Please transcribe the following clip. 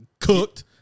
cooked